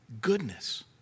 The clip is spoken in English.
goodness